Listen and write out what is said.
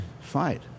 fight